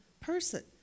person